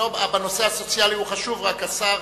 הנושא הסוציאלי חשוב, רק השר